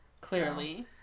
Clearly